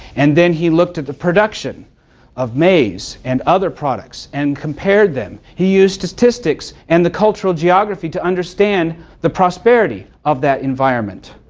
and then he looked at the production of maize, and other products, and compared them. he used statistics and the cultural geography to understand the prosperity of that environment.